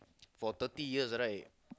for thirty years right